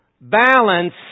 balance